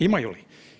Imaju li?